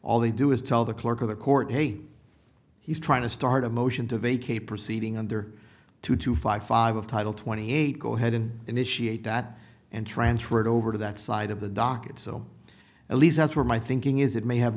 all they do is tell the clerk of the court hey he's trying to start a motion to vacate proceeding under two two five five of title twenty eight go ahead and initiate that and transfer it over to that side of the docket so at least that's where my thinking is it may have